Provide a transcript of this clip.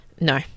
no